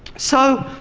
so,